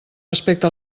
respecte